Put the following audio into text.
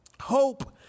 Hope